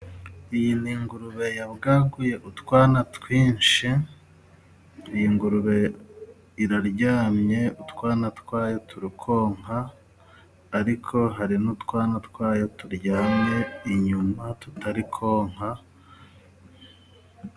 Iyi ni ingurube ya bwaguye utwana twinshi. Iyi ngurube iraryamye, utwana twayo turi konka, ariko hari n'utwana twayo turyamye inyuma tutari konka.